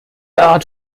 art